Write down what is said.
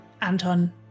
Anton